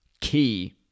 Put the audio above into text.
key